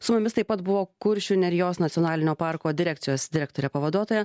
su mumis taip pat buvo kuršių nerijos nacionalinio parko direkcijos direktorė pavaduotoja